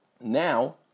Now